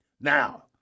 Now